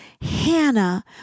Hannah